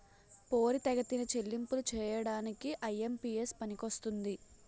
పోరితెగతిన చెల్లింపులు చేయడానికి ఐ.ఎం.పి.ఎస్ పనికొస్తుంది